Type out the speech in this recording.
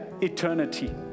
eternity